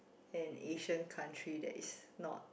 an Asian country that is not